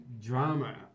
drama